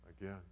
again